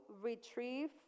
retrieve